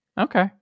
Okay